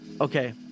Okay